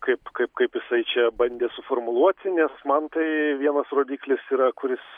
kaip kaip kaip jisai čia bandė suformuluoti nes man tai vienas rodiklis yra kuris